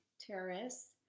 terrorists